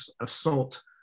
assault